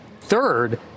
Third